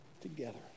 Together